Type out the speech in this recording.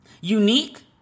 unique